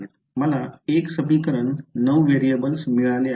मला 1 समीकरण 9 व्हेरिएबल्स मिळाले आहेत